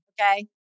okay